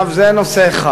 זה נושא אחד.